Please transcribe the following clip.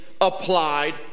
applied